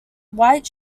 white